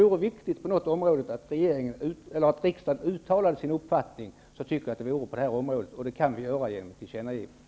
Om det på något område är viktigt att riksdagen uttalar sin uppfattning, så tycker jag att det bör vara på det här området -- och det kan vi göra genom ett tillkännagivande.